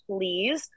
please